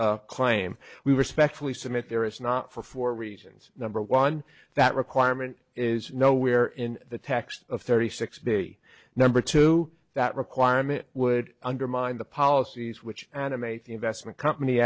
claim we respectfully submit there is not for four reasons number one that requirement is nowhere in the text of thirty six b number two that requirement would undermine the policies which animate the investment company